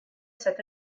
cette